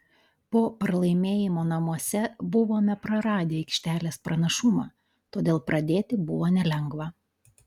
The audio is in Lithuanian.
po pralaimėjimo namuose buvome praradę aikštelės pranašumą todėl pradėti buvo nelengva